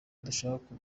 dushaka